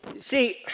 See